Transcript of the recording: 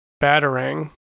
batarang